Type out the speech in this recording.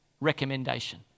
recommendation